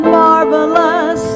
marvelous